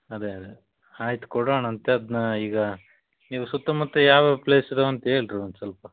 ಅದೆ ಅದೆ ಆಯ್ತು ಕೊಡೋಣಂತೆ ಅದನ್ನ ಈಗ ನೀವು ಸುತ್ತಮುತ್ತ ಯಾವ್ಯಾವ ಪ್ಲೇಸ್ ಇದಾವೆ ಅಂತ ಹೇಳ್ರಿ ಒಂದು ಸ್ವಲ್ಪ